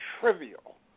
trivial